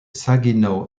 saginaw